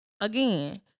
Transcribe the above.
again